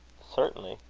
certainly.